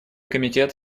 комитет